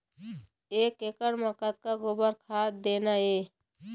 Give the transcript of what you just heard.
एक एकड़ म कतक गोबर खाद देना ये?